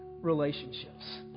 relationships